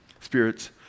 spirits